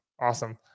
Awesome